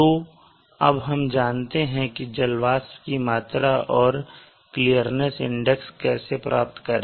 तो अब हम जानते हैं कि जल वाष्प की मात्रा और क्लीर्निस इंडेक्स कैसे प्राप्त करें